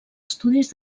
estudis